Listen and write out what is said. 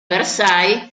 versailles